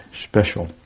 special